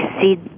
see